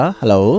hello